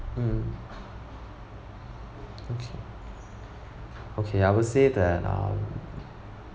mm okay okay I will say that um